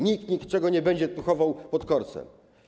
Nikt niczego nie będzie tu chował pod korcem.